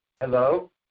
hello